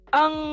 ang